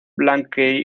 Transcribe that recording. blanc